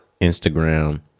Instagram